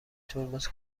ترمز